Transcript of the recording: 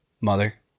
mother